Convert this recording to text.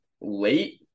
late